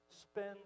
spend